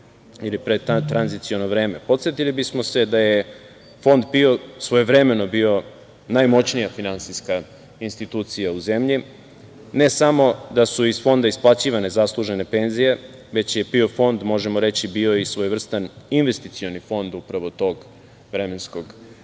ili predtranziciono vreme, podsetili bismo se da je Fond PIO svojevremeno bio najmoćnija finansijska institucija u zemlji. Ne samo da su iz Fonda isplaćivane zaslužene penzije, već je PIO fond, možemo reći, bio i svojevrstan investicioni fond upravo tog vremenskog